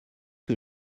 que